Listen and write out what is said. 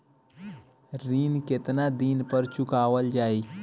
ऋण केतना दिन पर चुकवाल जाइ?